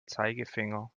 zeigefinger